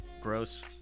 gross